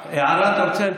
הערה אתה רוצה,